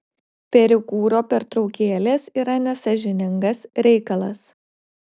perikūro pertraukėlės yra nesąžiningas reikalas